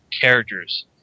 characters